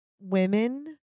women